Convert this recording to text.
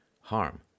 harm